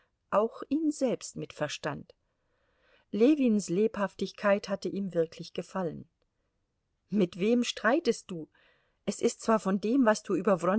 auch ihn selbst mit verstand ljewins lebhaftigkeit hatte ihm wirklich gefallen mit wem streitest du es ist zwar von dem was du über